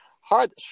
hard